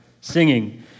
singing